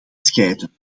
scheiden